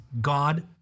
God